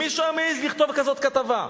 אם מישהו היה מעז לכתוב כזאת כתבה,